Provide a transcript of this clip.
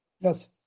yes